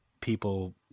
people